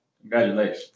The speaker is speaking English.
Congratulations